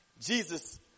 Jesus